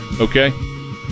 okay